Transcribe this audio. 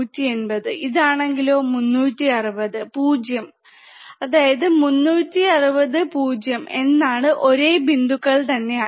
ഇതാണെലോ 360° ഇതാണെങ്കിലോ 0° അതായത് 360° 0° എന്താണ് ഒരേ ബിന്ദു തന്നെയാണ്